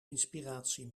inspiratie